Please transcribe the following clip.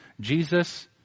Jesus